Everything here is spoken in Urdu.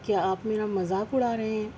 کیا آپ میرا مذاق اڑا رہے ہیں